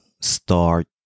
start